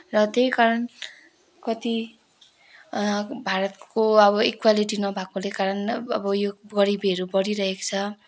र त्यही कारण कति भारतको अब इक्वेलिटी नभएकोले कारण अब यो गरिबीहरू बढिरहेको छ